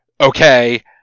okay